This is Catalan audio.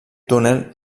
túnel